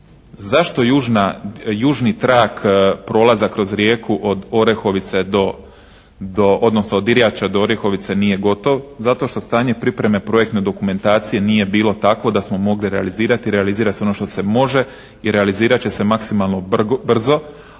Zašto južni trak prolaza kroz Rijeku od Orehovice odnosno od Diračja do Orehovice nije gotov? Zato što stanje pripreme projektne dokumentacije nije bilo takvo da smo mogli realizirati. Realizira se ono što se može i realizirat će se maksimalno brzo